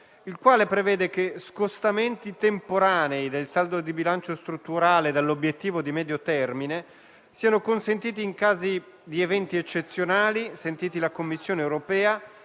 il quale prevede che scostamenti temporanei del saldo di bilancio strutturale dall'obiettivo di medio termine siano consentiti in caso di eventi eccezionali, sentiti la Commissione europea